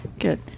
good